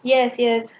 yes yes